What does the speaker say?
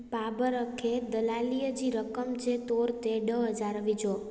बाबर खे दलालीअ जी रक़म जे तौरु ते ॾह हज़ार विझो